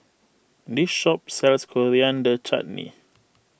this shop sells Coriander Chutney